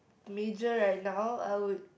major right now I would